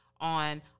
on